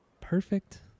Perfect